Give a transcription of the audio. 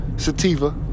Sativa